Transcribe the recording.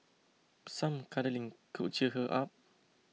some cuddling could cheer her up